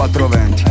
420